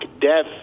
death